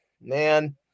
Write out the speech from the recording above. man